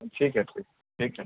ٹھیک ہے ٹھیک ٹھیک ہے